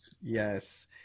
Yes